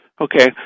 Okay